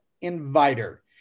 inviter